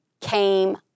came